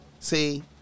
See